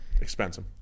Expensive